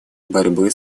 борьбы